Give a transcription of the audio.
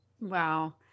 wow